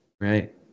right